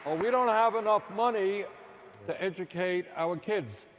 we don't have enough money to educate our kids.